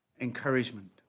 encouragement